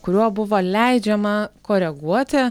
kuriuo buvo leidžiama koreguoti